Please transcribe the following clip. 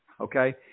okay